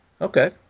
Okay